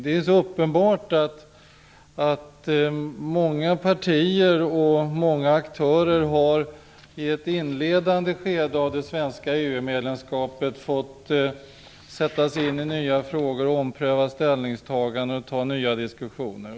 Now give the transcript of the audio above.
Det är uppenbart att många partier och många aktörer i ett inledande skede av det svenska EU medlemskapet har fått sätta sig in i nya frågor, ompröva ställningstaganden och ta nya diskussioner.